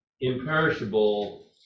imperishable